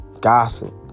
gossip